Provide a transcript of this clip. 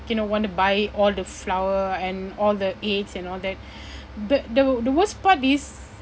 you know want to buy all the flour and all the eggs and all that the the the worst part is